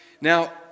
Now